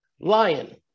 lion